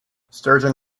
sturgeon